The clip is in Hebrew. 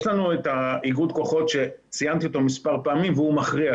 יש לנו את איגוד הכוחות שציינתי מספר פעמים והוא מכריע,